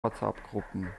whatsappgruppen